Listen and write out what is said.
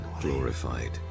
glorified